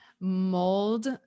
mold